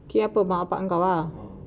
apa buat bapa engkau